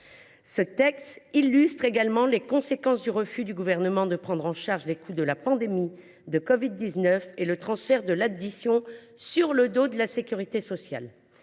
Ce texte illustre également les conséquences du refus du Gouvernement de prendre en charge les coûts de la pandémie de covid 19 et le transfert de l’addition sur le dos de la sécurité sociale.